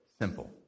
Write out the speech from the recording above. simple